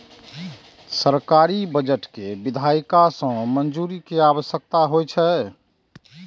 सरकारी बजट कें विधायिका सं मंजूरी के आवश्यकता होइ छै